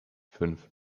fünf